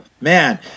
Man